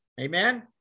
amen